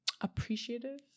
appreciative